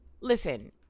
listen